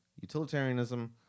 utilitarianism